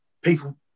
people